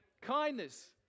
kindness